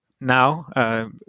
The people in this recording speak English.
Now